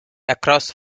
across